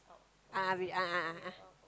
a'ah we a'ah a'ah